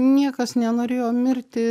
niekas nenorėjo mirti